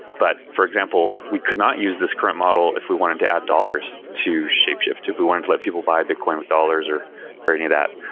but for example, we could not use this current model if we wanted to add dollars to shapeshift, if we wanted to let people buy bitcion with dollars or or any of that.